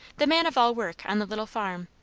the man-of-all-work on the little farm,